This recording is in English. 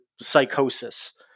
psychosis